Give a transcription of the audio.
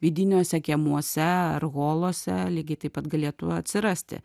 vidiniuose kiemuose ar holuose lygiai taip pat galėtų atsirasti